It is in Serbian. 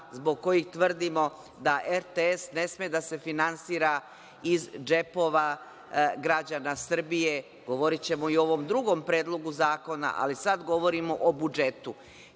zbog kojih tvrdimo da RTS ne sme da se finansira iz džepova građana Srbije. Govorićemo i o ovom drugom predlogu zakona, ali sada govorimo o budžetu.